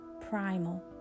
primal